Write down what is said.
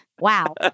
Wow